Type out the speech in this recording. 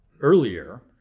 earlier